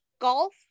Golf